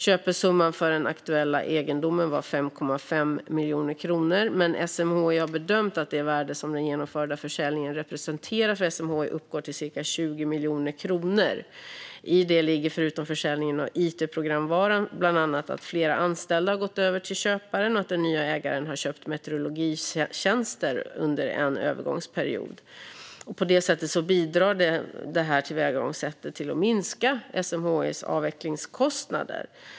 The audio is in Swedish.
Köpesumman för den aktuella egendomen var 5,5 miljoner kronor, men SMHI har bedömt att det värde som den genomförda försäljningen representerar för dem uppgår till ca 20 miljoner kronor. I detta ligger förutom försäljningen av it-programvara bland annat att flera anställda har gått över till köparen och att den nya ägaren under en övergångsperiod har köpt meteorologitjänster. På det sättet bidrar tillvägagångssättet till att minska SMHI:s avvecklingskostnader.